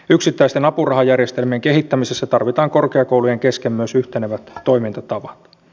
yksittäisten apurahajärjestelmien kehittämisessä tarvitaan korkeakoulujen kesken myös yhtenevät toimintatavat